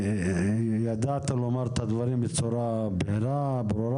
לדעת לומר את הדברים בצורה ברורה,